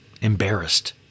embarrassed